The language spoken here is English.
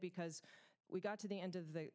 because we got to the end of the